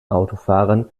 autofahrern